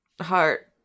heart